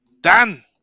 Dan